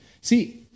see